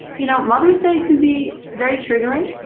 you know mother's day can be very triggering